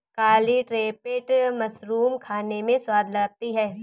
काली trumpet mushroom खाने में स्वाद लाती है